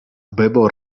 bebo